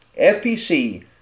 FPC